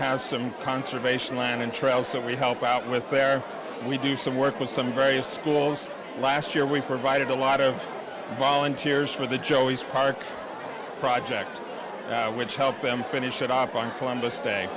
has some conservation land and trails that we help out with fair we do some work with some various schools last year we provided a lot of volunteers for the joeys park project which helped them finish it off on columbus day